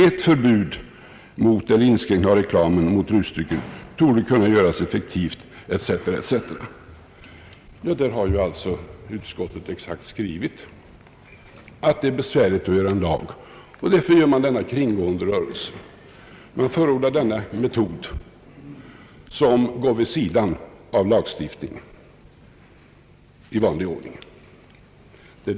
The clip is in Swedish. Ett förbud mot eller inskränkningar av reklamen för rusdrycker torde kunna göras effektiv ...» Utskottet har alltså direkt skrivit, att det är besvärligt att åstadkomma en lag, och därför görs denna kringgående rörelse. Utskottet förordar en metod som ligger vid sidan av lagstiftningen i vanlig ordning.